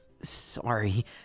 Sorry